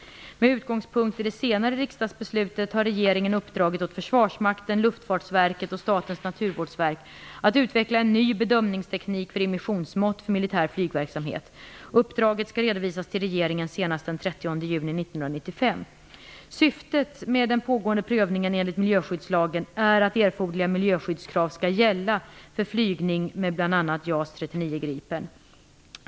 1993 94:402). Med utgångspunkt i det senare riksdagsbeslutet har regeringen uppdragit åt försvarsmakten, Luftfartsverket och Statens naturvårdsverk att utveckla en ny bedömningsteknik för immissionsmått för militär flygverksamhet. Uppdraget skall redovisas till regeringen senast den Syftet med den pågående prövningen enligt miljöskyddslagen är att erforderliga miljöskyddskrav skall gälla för flygning med bl.a. JAS 39 Gripen.